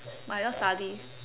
might as well study